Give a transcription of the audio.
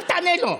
אל תענה לו.